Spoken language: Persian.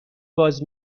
باز